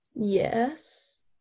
Yes